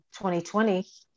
2020